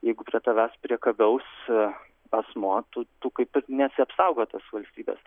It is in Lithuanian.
jeigu prie tavęs priekabiaus asmuo tu tu kaip ir nesi apsaugotas valstybės